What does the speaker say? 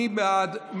מי בעד?